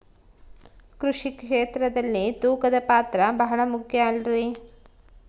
ಕೃಷಿ ಕ್ಷೇತ್ರದಲ್ಲಿ ತೂಕದ ಪಾತ್ರ ಬಹಳ ಮುಖ್ಯ ಅಲ್ರಿ?